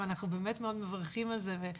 ואנחנו באמת מאוד מברכים על כך.